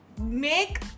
make